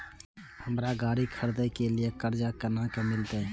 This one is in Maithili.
हमरा गाड़ी खरदे के लिए कर्जा केना मिलते?